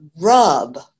rub